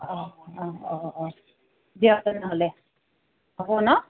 অঁ অঁ অঁ অঁ দিয়ক তেনেহ'লে হ'ব ন